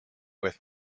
with